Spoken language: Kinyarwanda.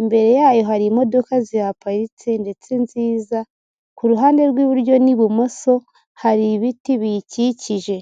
imbere yayo hari imodoka zihaparitse ndetse nziza ku ruhande rw'iburyo n'ibumoso hari ibiti biyikikije.